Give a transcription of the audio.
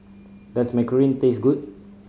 does macaron taste good